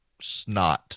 snot